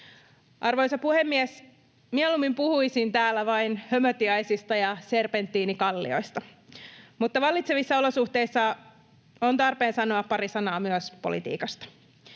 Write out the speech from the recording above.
Arvoisa puhemies! Mieluummin puhuisin täällä vain hömötiaisista ja serpentiinikallioista, mutta vallitsevissa olosuhteissa on tarpeen sanoa pari sanaa myös politiikasta.